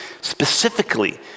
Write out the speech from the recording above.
specifically